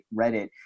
Reddit